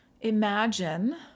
imagine